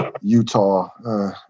Utah